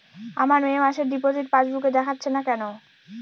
আমার মে মাসের ডিপোজিট পাসবুকে দেখাচ্ছে না কেন?